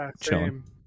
chilling